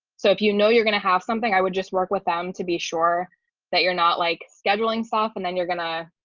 so if you know you're going to have something i would just work with them to be sure that you're not like scheduling stuff, and then you're going to